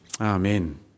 Amen